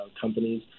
companies